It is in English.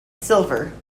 silver